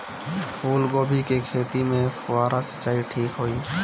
फूल गोभी के खेती में फुहारा सिंचाई ठीक होई?